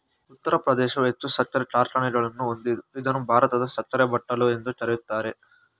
ಉತ್ತರ ಪ್ರದೇಶವು ಹೆಚ್ಚು ಸಕ್ಕರೆ ಕಾರ್ಖಾನೆಗಳನ್ನು ಹೊಂದಿದ್ದು ಇದನ್ನು ಭಾರತದ ಸಕ್ಕರೆ ಬಟ್ಟಲು ಎಂದು ಕರಿತಾರೆ